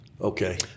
Okay